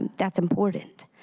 that's important.